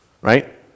right